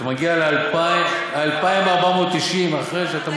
אתה מגיע ל-2,490, אחרי שאתה